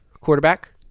quarterback